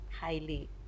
highly